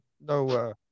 no